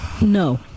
No